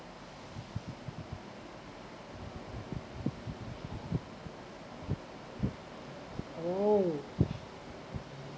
oh